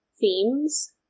themes